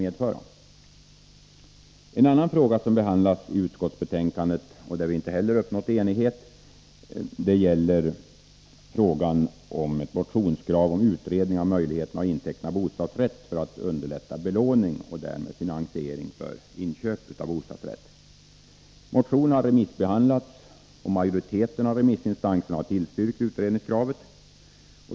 En annan fråga som behandlas i utskottsbetänkandet, där vi inte heller uppnått enighet, gäller motionskrav om utredning av möjligheterna att inteckna bostadsrätt för att underlätta belåning och därmed finansiering för inköp av bostadsrätt. Motionen har remissbehandlats, och majoriteten av remissinstanserna har tillstyrkt utredningskravet.